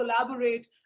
collaborate